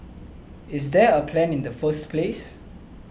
is there a plan in the first place